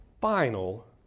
final